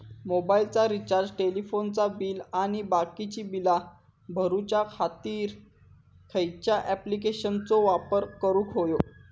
मोबाईलाचा रिचार्ज टेलिफोनाचा बिल आणि बाकीची बिला भरूच्या खातीर खयच्या ॲप्लिकेशनाचो वापर करूक होयो?